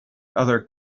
other